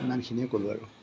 ইমানখিনিয়েই ক'লো আৰু